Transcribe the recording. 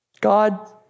God